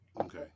Okay